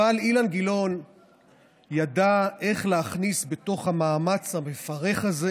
אבל אילן גילאון ידע איך להכניס בתוך המאמץ המפרך הזה